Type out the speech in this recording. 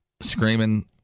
screaming